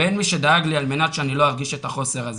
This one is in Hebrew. ואין מי שדאג לי על מנת שאני לא ארגיש את החוסר הזה.